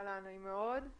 אהלן, נעים מאוד.